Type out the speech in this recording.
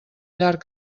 llarg